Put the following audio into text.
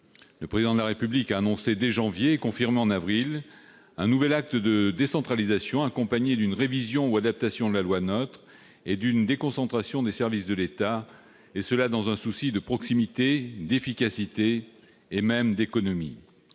Le Président de la République a annoncé dès janvier et confirmé en avril un nouvel acte de décentralisation accompagné d'une révision ou d'une adaptation de la loi NOTRe et d'une déconcentration des services de l'État, et ce dans un souci de proximité, d'efficacité et, même, d'économies.